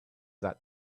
that